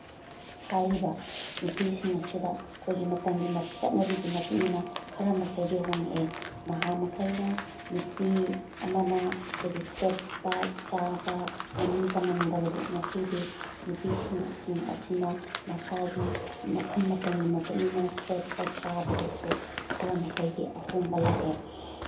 ꯍꯥꯏꯔꯤꯕ ꯅꯨꯄꯤꯁꯤꯡ ꯑꯁꯤꯗ ꯑꯩꯈꯣꯏꯒꯤ ꯃꯇꯝꯒꯤ ꯆꯠꯅꯕꯤꯒꯤ ꯃꯇꯨꯡ ꯏꯟꯅ ꯈꯔ ꯃꯈꯩꯗꯤ ꯍꯣꯡꯉꯛꯑꯦ ꯅꯍꯥꯟ ꯃꯈꯩꯅ ꯅꯨꯄꯤ ꯑꯃꯅ ꯑꯩꯈꯣꯏꯒꯤ ꯁꯦꯠꯄ ꯆꯥꯕ ꯃꯅꯤꯡ ꯇꯝꯃꯝꯗꯕꯗꯣ ꯉꯁꯤꯗꯤ ꯅꯨꯄꯤꯁꯤꯡ ꯁꯤꯡ ꯑꯁꯤꯅ ꯃꯁꯥꯒꯤ ꯃꯐꯝ ꯃꯇꯝꯒꯤ ꯃꯇꯨꯡ ꯏꯟꯅ ꯁꯦꯠꯄ ꯆꯥꯕꯗꯁꯨ ꯈꯔ ꯃꯈꯩꯗꯤ ꯑꯍꯣꯡꯕ ꯂꯥꯛꯑꯦ